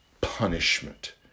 punishment